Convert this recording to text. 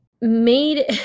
made